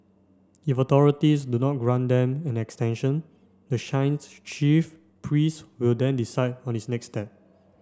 if authorities do not grant them an extension the shrine's chief priest will then decide on its next steps